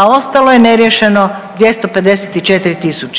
a ostalo je neriješeno 254